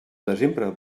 desembre